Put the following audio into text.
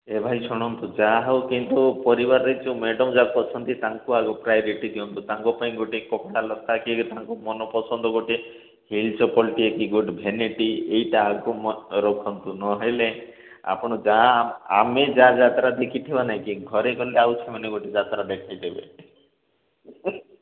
ଏ ଭାଇ ଶୁଣନ୍ତୁ ଯା ହେଉ କିନ୍ତୁ ପରିବାରରେ ଯେଉଁ ମ୍ୟାଡ଼ାମ୍ ଯାକ ଅଛନ୍ତି ତାଙ୍କୁ ଆଗ ପ୍ରୟୋରିଟି ଦିଅନ୍ତୁ ତାଙ୍କ ପାଇଁ ଗୋଟେ କପଡ଼ା ଲତା କି ତାଙ୍କ ମନପସନ୍ଦ ଗୋଟିଏ ହିଲ୍ ଚପଲଟିଏ କି ଗୋଟେ ଭେନିଟି ଏଇଟା ଆଗ ମଷ୍ଟ ରଖନ୍ତୁ ନହେଲେ ଆପଣ ଯାହା ଆମେ ଯାହା ଯାତ୍ରା ଦେଖିଥିବା ନାଇଁକି ଘରେ ଗଲେ ଆଉ ସେମାନେ ଗୋଟେ ଯାତ୍ରା ଦେଖାଇଦେବେ